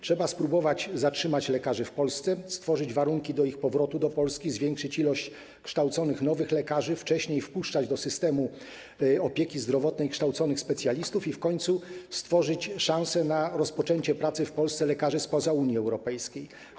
Trzeba spróbować zatrzymać lekarzy w Polsce, stworzyć warunki do ich powrotu do Polski, zwiększyć liczbę kształconych nowych lekarzy, wcześniej wpuszczać do systemu opieki zdrowotnej kształconych specjalistów i w końcu stworzyć szanse na rozpoczęcie pracy w Polsce dla lekarzy spoza Unii Europejskiej.